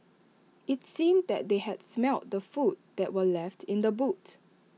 IT seemed that they had smelt the food that were left in the boot